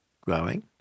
growing